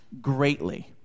greatly